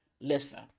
listen